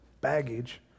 baggage